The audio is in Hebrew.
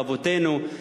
אבותינו,